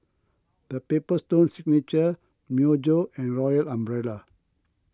the Paper Stone Signature Myojo and Royal Umbrella